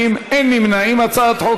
הצעת חוק